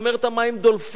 היא אומרת: המים דולפים,